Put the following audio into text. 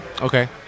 Okay